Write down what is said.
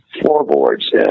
floorboards